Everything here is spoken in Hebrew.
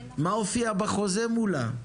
מה הופיע בחוזה מולה,